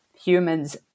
humans